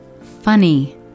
Funny